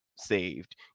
saved